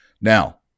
Now